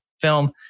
film